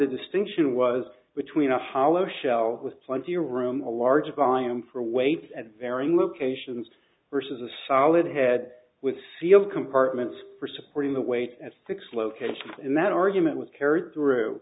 the distinction was between a hollow shell with plenty of room a large volume for weight and varying locations versus a solid head with field compartments for supporting the weight at six locations and that argument was carried through